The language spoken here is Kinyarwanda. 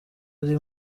ari